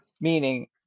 Meaning